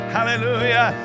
Hallelujah